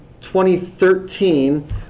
2013